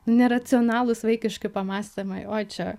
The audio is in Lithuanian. neracionalūs vaikiški pamąstymai oi čia